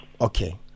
Okay